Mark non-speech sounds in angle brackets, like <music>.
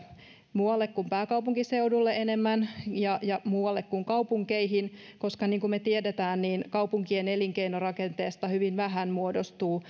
muualle kuin pääkaupunkiseudulle ja ja muualle kuin kaupunkeihin koska niin kuin me tiedämme kaupunkien elinkeinorakenteesta hyvin vähän muodostuu <unintelligible>